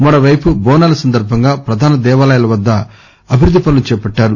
మరోపైపు బోనాల సందర్బంగా ప్రధాన దేవాలయాల వద్ద అభివృద్ది పనులు చేపట్టారు